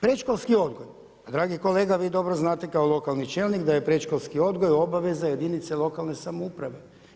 Predškolski odgoj, pa dragi kolega vi dobro znate kao lokalni čelnik da je predškolski odgoj obaveza jedinice lokalne samouprave.